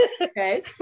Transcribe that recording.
Okay